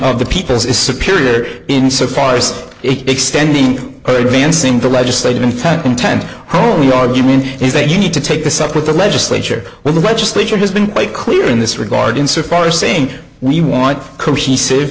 of the people is superior in so far as it extending advancing the legislative intent intent the argument is that you need to take this up with the legislature where the legislature has been quite clear in this regard insofar as saying we want cohesive